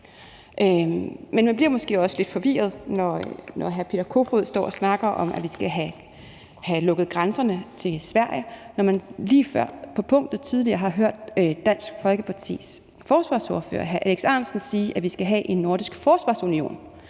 Men man bliver måske også lidt forvirret, når hr. Peter Kofod står og snakker om, at vi skal have lukket grænserne til Sverige, når man lige før på punktet tidligere har hørt Dansk Folkepartis forsvarsordfører, hr. Alex Ahrendtsen, sige, at vi skal have en nordisk forsvarsunion.